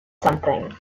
something